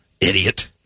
Idiot